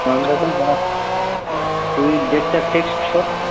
তুই ডেটটা ফিক্সড কর